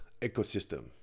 ecosystem